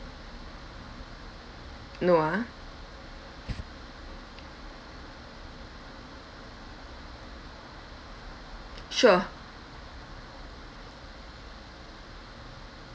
no ah sure